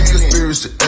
Conspiracy